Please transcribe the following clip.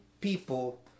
people